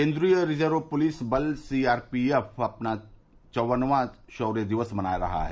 केन्द्रीय reserve police बल CRPF कल अपना चौवनवां शौर्य दिवस मना रहा है